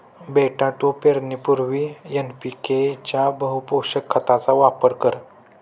बेटा तू पेरणीपूर्वी एन.पी.के च्या बहुपोषक खताचा वापर कर